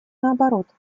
наоборот